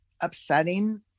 upsetting